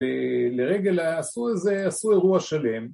‫ולרגל ה..., עשו איזה, עשו אירוע שלם.